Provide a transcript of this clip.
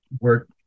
work